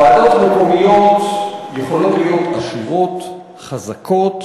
ועדות מקומיות יכולות להיות עשירות, חזקות,